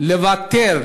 לבטל